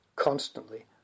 constantly